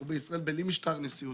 אנחנו בישראל בלי משטר נשיאותי.